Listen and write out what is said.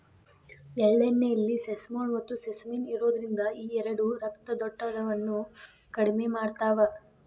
ಎಳ್ಳೆಣ್ಣೆಯಲ್ಲಿ ಸೆಸಮೋಲ್, ಮತ್ತುಸೆಸಮಿನ್ ಇರೋದ್ರಿಂದ ಈ ಎರಡು ರಕ್ತದೊತ್ತಡವನ್ನ ಕಡಿಮೆ ಮಾಡ್ತಾವ